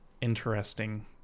interesting